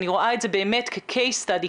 אני רואה את זה באמת כ-קייס סטאדי,